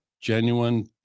genuine